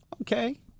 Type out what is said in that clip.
Okay